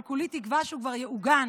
אבל כולי תקווה שהוא כבר יעוגן